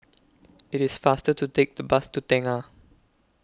IT IS faster to Take The Bus to Tengah